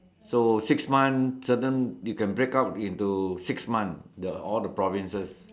so six month certain you can break out into six month the all the provinces